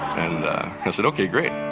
and i said, okay, great.